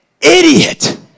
idiot